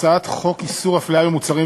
הצעת חוק איסור הפליה במוצרים,